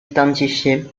identifié